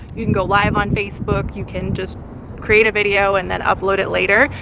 you can go live on facebook, you can just create a video and then upload it later,